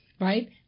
Right